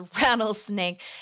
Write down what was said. rattlesnake